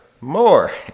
more